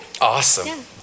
Awesome